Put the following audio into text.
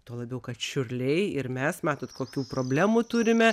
tuo labiau kad čiurliai ir mes matot kokių problemų turime